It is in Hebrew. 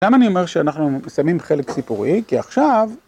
למה אני אומר שאנחנו מסיימים חלק סיפורי? כי עכשיו...